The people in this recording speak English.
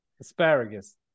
asparagus